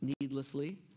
needlessly